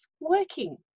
working